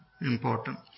important